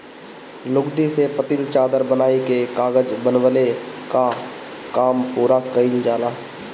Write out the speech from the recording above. लुगदी से पतील चादर बनाइ के कागज बनवले कअ काम पूरा कइल जाला